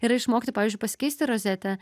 yra išmokti pavyzdžiui pasikeisti rozetę